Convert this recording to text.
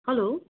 hello